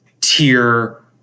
tier